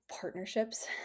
partnerships